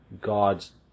God's